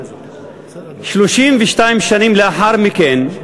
32 שנים לאחר מכן,